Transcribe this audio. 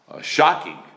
shocking